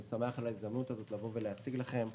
אני שמח על ההזדמנות להציג לכם,